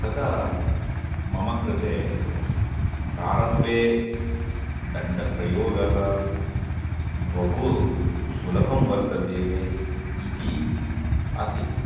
तदा मम कृते प्रारम्भे दण्डप्रयोगः बहु सुलभं वर्तते इति आसीत्